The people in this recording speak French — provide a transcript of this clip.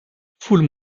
foule